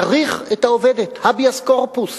צריך את העובדת, הביאס קורפוס.